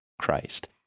Christ